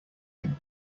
him